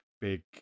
big